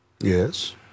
Yes